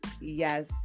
yes